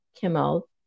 Kimmel